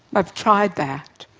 i've tried that,